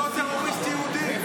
הוא לא טרוריסט יהודי?